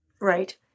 right